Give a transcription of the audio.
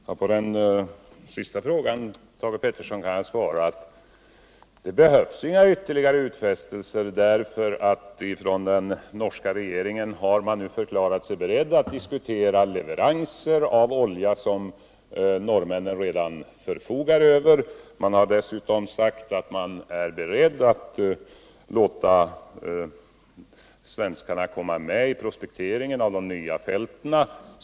Herr talman! På den sista frågan kan jag svara att det inte behövs några ytterligare utfästelser, efersom den norska regeringen förklarat sig beredd att diskutera leveranser av olja som norrmännen redan förfogar över. Man har dessutom sagt att man är beredd att låta svenskarna komma med i prospekteringen av de nya fälten.